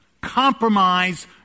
Compromise